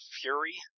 fury